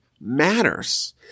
matters